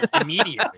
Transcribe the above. Immediately